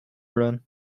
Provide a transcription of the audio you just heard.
run